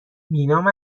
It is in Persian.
بینام